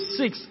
six